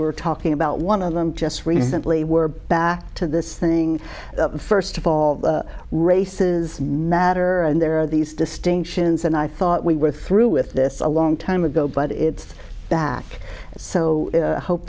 were talking about one of them just recently we're back to this thing first of all races matter and there are these distinctions and i thought we were through with this a long time ago but it's back so hope